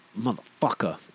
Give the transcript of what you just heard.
motherfucker